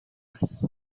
است